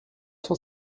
cent